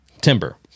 timber